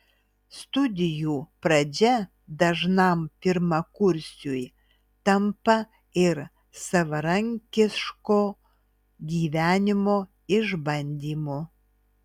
studijų pradžia dažnam pirmakursiui tampa ir savarankiško gyvenimo išbandymu